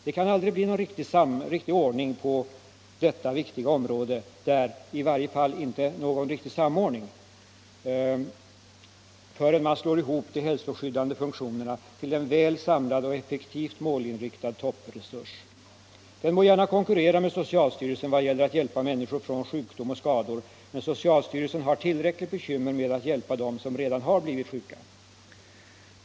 Det kan aldrig bli någon riktig ordning på detta viktiga område — i varje fall inte någon riktig samordning — förrän man slår ihop de hälsoskyddande funktionerna till en väl samlad och effektivt målinriktad toppresurs. Den må gärna konkurrera med socialstyrelsen i vad gäller att hjälpa människor från sjukdom och skador, men socialstyrelsen har tillräckligt bekymmer med att hjälpa dem som redan har blivit sjuka.